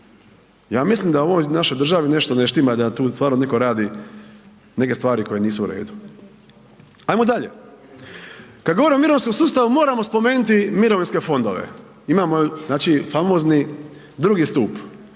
ja mislim da u ovoj našoj državi nešto ne štima, da tu stvarno netko radi neke stvari koje nisu u redu. Ajmo dalje, kad govorimo o mirovinskom sustavu moramo spomenuti mirovinske fondove, imamo jel, znači famozni drugi stup,